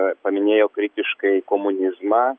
paminėjo kritiškai komunizmą